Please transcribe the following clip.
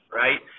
right